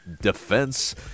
defense